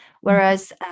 Whereas